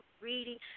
reading